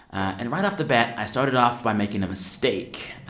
and right off the bat, i started off by making a mistake.